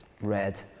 red